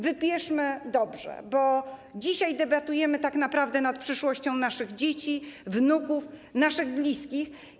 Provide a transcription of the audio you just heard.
Wybierzmy dobrze, bo dzisiaj debatujemy tak naprawdę nad przyszłością naszych dzieci, wnuków, naszych bliskich.